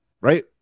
right